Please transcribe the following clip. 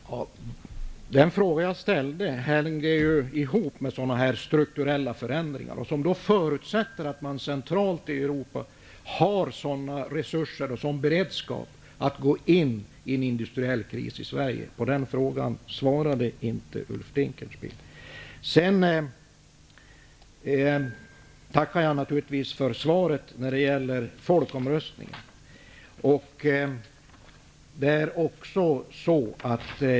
Herr talman! Den fråga som jag ställde hängde ju ihop med strukturella förändringar, som förutsätter att man centralt i Europa har sådan resurser och en sådan beredskap att man kan gå in med stöd vid en industriell kris i Sverige. På den frågan svarade inte Jag tackar naturligtvis för svaret på min fråga om folkomröstningen.